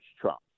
Trump